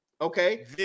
okay